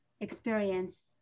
experience